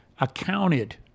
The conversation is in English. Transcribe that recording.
accounted